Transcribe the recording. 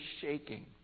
shaking